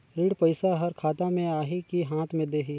ऋण पइसा हर खाता मे आही की हाथ मे देही?